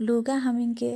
लुगा हमैनके